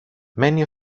many